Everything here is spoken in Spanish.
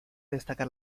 destacar